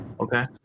Okay